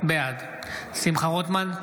בעד שמחה רוטמן,